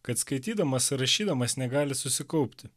kad skaitydamas ir rašydamas negali susikaupti